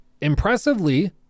impressively